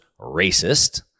racist